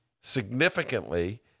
significantly